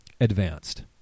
advanced